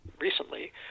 recently